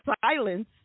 silence